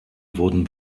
wurden